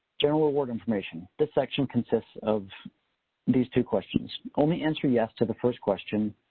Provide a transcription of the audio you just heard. general award information. this section consists of these two questions. only answer yes to the first question,